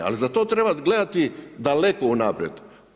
Ali za to treba gledati daleko unaprijed.